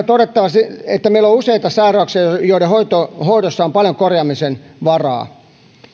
todettava se että meillä on useita sairauksia joiden hoidossa on paljon korjaamisen varaa